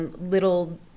little